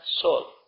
soul